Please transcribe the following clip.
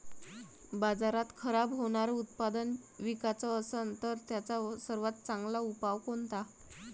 बाजारात खराब होनारं उत्पादन विकाच असन तर त्याचा सर्वात चांगला उपाव कोनता?